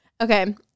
Okay